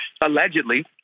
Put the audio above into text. allegedly